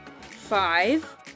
five